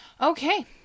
okay